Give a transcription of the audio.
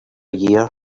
year